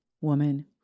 woman